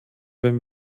wenn